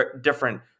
different